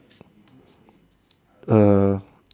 err